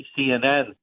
CNN